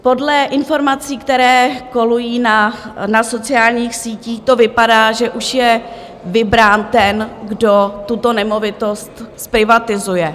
Podle informací, které kolují na sociálních sítích, to vypadá, že už je vybrán ten, kdo tuto nemovitost zprivatizuje.